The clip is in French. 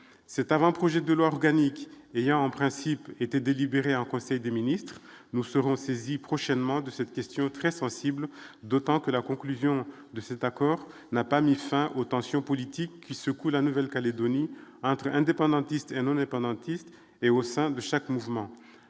cet avant-projet de loi organique et en principe était délibérée en conseil des ministres, nous serons saisis prochainement de cette question très sensible, d'autant que la conclusion de cet accord n'a pas mis fin aux tensions politiques qui secouent la Nouvelle-Calédonie entre indépendantistes et un pendentifs et au sein de chaque mouvement